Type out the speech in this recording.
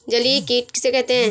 जलीय कीट किसे कहते हैं?